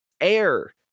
air